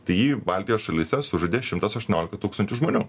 tai jį baltijos šalyse sužaidė šimtas aštuoniolika tūkstančių žmonių